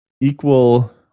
equal